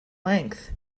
length